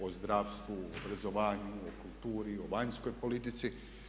O zdravstvu, obrazovanju, o kulturi, o vanjskoj politici.